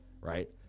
right